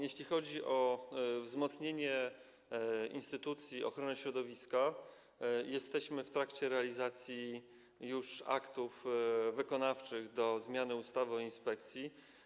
Jeśli chodzi o wzmocnienie instytucji ochrony środowiska, to jesteśmy w trakcie realizacji już aktów wykonawczych do zmiany ustawy o inspekcji.